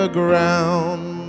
ground